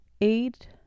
eight